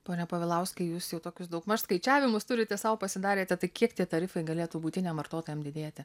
pone povilauskai jūs jau tokius daugmaž skaičiavimus turite sau pasidarėte tai kiek tie tarifai galėtų buitiniam vartotojam didėti